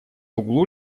углу